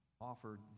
offered